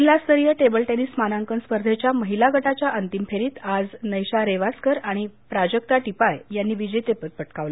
जिल्हास्तरीय table tennis मानांकन स्पर्धेच्या महीला गटाच्या अंतिम फेरीत नध्या रेवास्कर आणि प्राजक्ता टिपाळे यांनी विजेतेपद पटकावलं